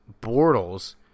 Bortles